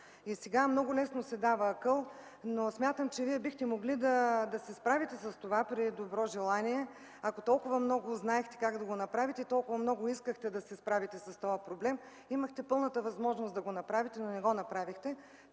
Сега много лесно се дава акъл, но смятам, че вие бихте могли да се справите с това при добро желание. Ако толкова много знаехте как да го направите и толкова много искахте да се справите с този проблем, имахте пълната възможност да го направите. Не го направихте,